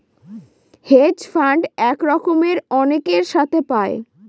hedge fund এক রকমের অনেকের সাথে পায়